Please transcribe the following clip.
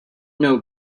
know